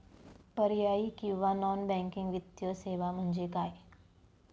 पर्यायी किंवा non banking वित्तीय सेवा म्हणजे काय?